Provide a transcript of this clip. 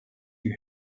you